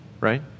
Right